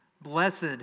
Blessed